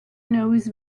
knows